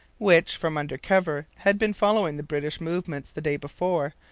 which, from under cover, had been following the british movements the day before,